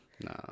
Nah